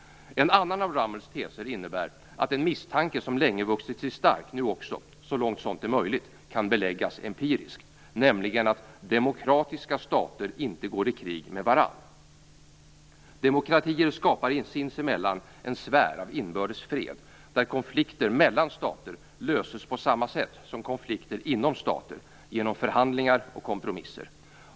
En annan av Rummels teser innebär att en misstanke som länge vuxit sig stark - så långt sådant är möjligt - nu också kan beläggas empiriskt, nämligen att demokratiska stater inte går i krig med varandra. Demokratier skapar sinsemellan en sfär av inbördes fred, där konflikter mellan stater löses på samma sätt som konflikter inom stater, genom förhandlingar och kompromisser.